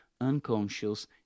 unconscious